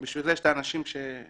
כי בפועל הציבור כבר מקבל את